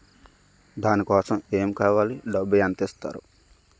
దాని కోసం ఎమ్ కావాలి డబ్బు ఎంత ఇస్తారు?